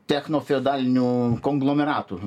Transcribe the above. techno feodalinių konglomeratų